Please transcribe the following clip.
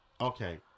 Okay